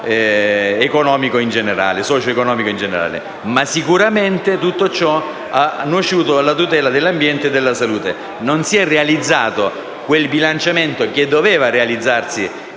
punto di vista socioeconomico in generale. Ma sicuramente tutto ciò ha nuociuto alla tutela dell'ambiente e della salute: non si è realizzato quel bilanciamento, che doveva realizzarsi